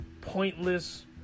pointless